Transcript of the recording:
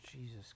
Jesus